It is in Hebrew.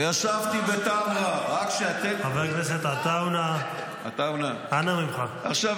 ישבתי בטמרה --- הינה --- רק שנייה, תן לי.